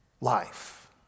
life